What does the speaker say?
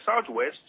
southwest